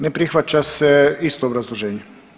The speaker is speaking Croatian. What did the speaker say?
Ne prihvaća se, isto obrazloženje.